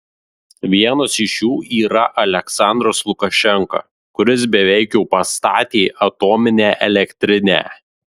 vienas iš jų yra aliaksandras lukašenka kuris beveik jau pastatė atominę elektrinę